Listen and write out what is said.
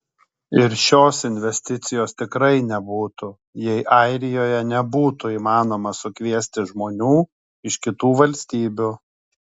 ir šios investicijos tikrai nebūtų jei airijoje nebūtų įmanoma sukviesti žmonių iš kitų valstybių